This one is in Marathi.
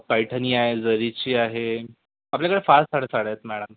पैठणी आहे जरीची आहे आपल्याकडे फार साऱ्या साड्या आहेत मॅडम